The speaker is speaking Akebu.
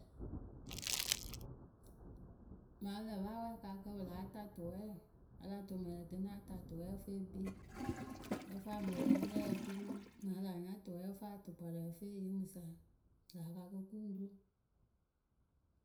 Mɨŋ ǝ lǝh pɨ a wɛ akaakǝ pɨ láa ta tʊwɛɛwǝ, vǝ́ a la tʊʊ mɛŋwǝ ǝ lǝ tɨnɨ a ta tʊwɛɛwǝ ǝ fɨ e kpii.,ǝ fɨ amɨ wɛ rɛɛ oturu mɨŋ a laa nya tʊwɛɛwǝ ǝ fɨ atʊkpʊrɔɛ ǝ fɨ e yeemɨsa lä a kaakǝ kɨ ŋ ru.